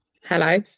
Hello